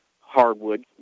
hardwood